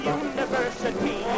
university